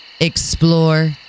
Explore